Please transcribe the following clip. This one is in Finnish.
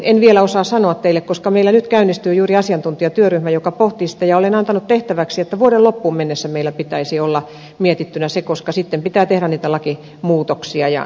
en vielä osaa sanoa teille koska meillä nyt juuri käynnistyy asiantuntijatyöryhmä joka pohtii sitä ja olen antanut tehtäväksi että vuoden loppuun mennessä meillä pitäisi olla mietittynä se koska sitten pitää tehdä niitä lakimuutoksia ja näitä